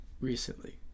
Recently